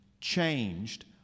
changed